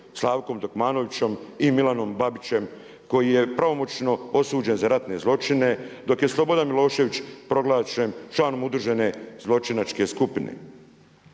Slavkom Takmanovićem i Milanom Babićem koji je pravomoćno osuđen za ratne zločine, dok je Slobodan Milošević proglašen članom udružene zločinačke skupine.